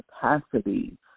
capacity